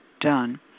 done